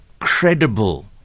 Credible